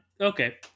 Okay